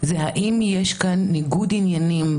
ואני חושב שיש כאן איזושהי תמימות של החברים.